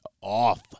off